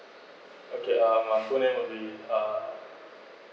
okay uh my full name will be uh